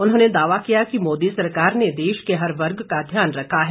उन्होंने दावा किया कि मोदी सरकार ने देश के हर वर्ग का ध्यान रखा है